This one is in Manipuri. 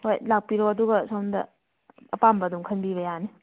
ꯍꯣꯏ ꯂꯥꯛꯄꯤꯔꯣ ꯑꯗꯨꯒ ꯁꯣꯝꯗ ꯑꯄꯥꯝꯕ ꯑꯗꯨꯝ ꯈꯟꯕꯤꯕ ꯌꯥꯅꯤ